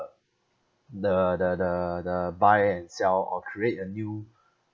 the the the the buy and sell or create a new